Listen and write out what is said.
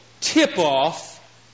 tip-off